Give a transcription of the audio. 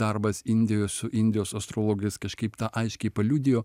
darbas indijoj su indijos astrologais kažkaip tą aiškiai paliudijo